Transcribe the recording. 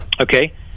Okay